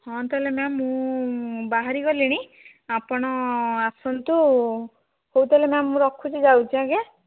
ହଁ ତାହେଲେ ମ୍ୟାମ ମୁଁ ବାହାରିଗଲିଣି ଆପଣ ଆସନ୍ତୁ ହଉ ତାହେଲେ ମ୍ୟାମ ମୁଁ ରଖୁଛି ଯାଉଛି ଆଜ୍ଞା